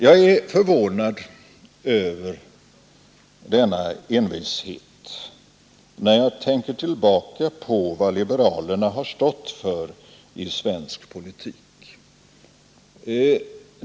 Jag är förvånad över denna envishet, när jag tänker tillbaka på vad liberalerna har stått för i svensk politik.